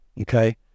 Okay